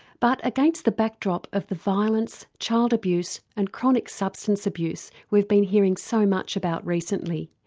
but against the backdrop of the violence, child abuse and chronic substance abuse we've been hearing so much about recently,